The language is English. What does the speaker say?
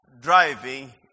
driving